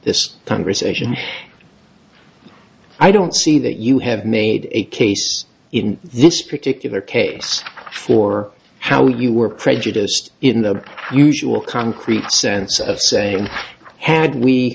this conversation i don't see that you have made a case in this particular case for how you were prejudiced in the usual concrete sense of saying had we